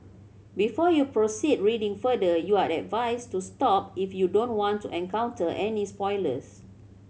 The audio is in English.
before you proceed reading further you are advised to stop if you don't want to encounter any spoilers